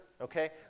Okay